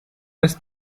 des